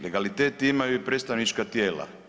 Legalitet imaju i predstavnička tijela.